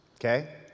Okay